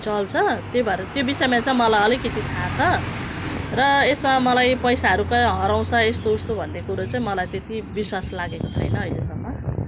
चल्छ त्यही भएर त्यो विषयमा चाहिँ मलाई अलिकति थाहा छ र यसमा मलाई पैसाहरू कहीँ हराउँछ यस्तो उस्तो भन्ने कुरो चाहिँ मलाई त्यति विश्वास लागेको छैन अहिलेसम्म